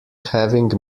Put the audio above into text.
having